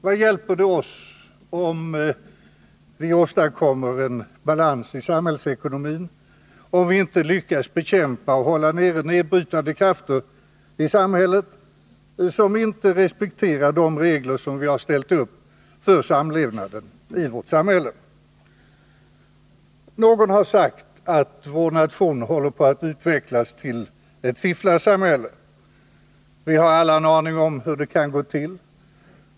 Vad hjälper det oss att åstadkomma balans i samhällsekonomin om vi inte lyckas bekämpa och hålla borta nedbrytande krafter i samhället, som inte respekterar de regler vi har ställt upp för samlevnaden? Någon har sagt att vår nation håller på att utvecklas till ett fifflarsamhälle. Vi har alla en aning om hur det kan gå till.